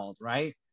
right